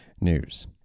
news